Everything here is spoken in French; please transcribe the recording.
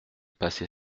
passer